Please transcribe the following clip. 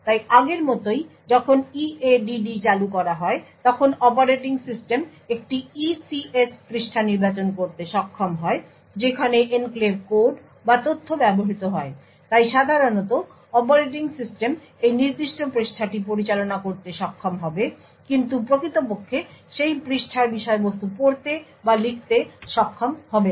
তাই আগের মতোই যখন EADD চালু করা হয় তখন অপারেটিং সিস্টেম একটি নির্দিষ্ট ECS পৃষ্ঠা নির্বাচন করতে সক্ষম হয় যেখানে এনক্লেভ কোড বা তথ্য ব্যবহৃত হয় তাই সাধারণত অপারেটিং সিস্টেম এই নির্দিষ্ট পৃষ্ঠাটি পরিচালনা করতে সক্ষম হবে কিন্তু প্রকৃতপক্ষে সেই পৃষ্ঠার বিষয়বস্তু পড়তে বা লিখতে সক্ষম হবে না